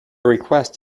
request